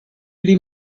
pli